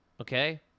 Okay